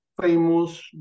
famous